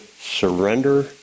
surrender